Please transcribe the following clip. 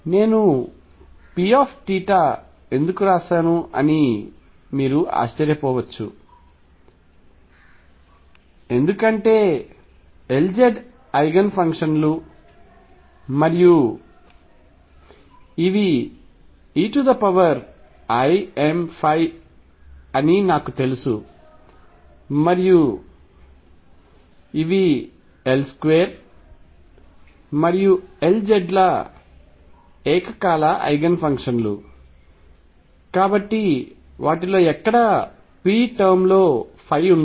నేను P θ ఎందుకు వ్రాసాను అని మీరు ఆశ్చర్యపోవచ్చు ఎందుకంటే Lz ఐగెన్ ఫంక్షన్ లు మరియు ఇవి eimϕ అని నాకు తెలుసు మరియు ఇవి L2 మరియు Lz ల ఏకకాల ఐగెన్ఫంక్షన్లు కాబట్టి వాటిల్లో ఎక్కడా P టర్మ్ లో ఉండవు